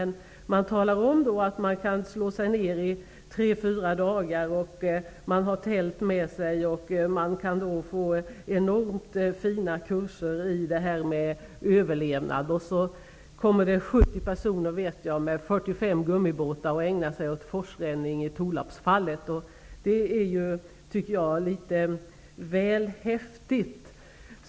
I broschyren sägs att man kan slå sig ner i tre fyra dagar och bo i tält och få enormt fina kurser i överlevnad. Så kommer 70 personer med 45 gummibåtar och ägnar sig åt forsränning i Tollarpsfallet. Det är litet väl häftigt.